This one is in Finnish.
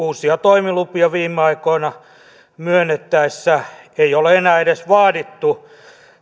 uusia toimilupia viime aikoina myönnettäessä ei ole enää edes vaadittu